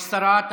יש שרה.